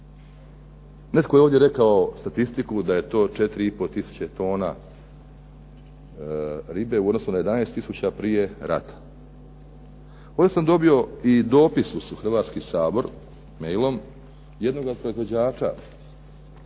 Netko je ovdje rekao statistiku da je to 4,5 tisuće tona ribe u odnosu na 11 tisuća prije rata. Ovdje sam dobio i dopis u Hrvatski sabor mailom jednoga proizvođača